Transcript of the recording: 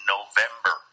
November